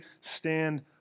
stand